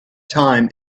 time